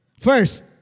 First